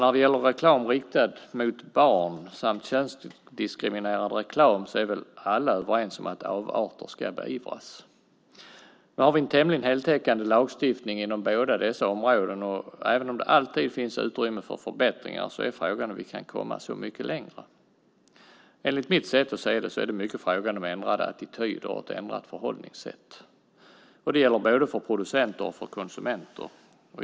När det gäller reklam riktad mot barn samt könsdiskriminerande reklam är väl alla överens om att avarter ska beivras. Nu har vi en tämligen heltäckande lagstiftning inom båda dessa områden. Även om det alltid finns utrymme för förbättringar är frågan om vi kan komma så mycket längre. Enligt mitt sätt att se det är det mycket fråga om ändrade attityder och ett ändrat förhållningssätt. Det gäller både för producenter och för konsumenter.